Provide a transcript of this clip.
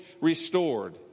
restored